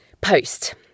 post